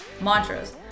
mantras